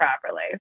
properly